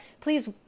please